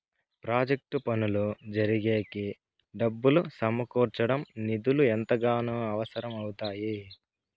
project పనులు జరిగేకి డబ్బులు సమకూర్చడం నిధులు ఎంతగానో అవసరం అవుతాయి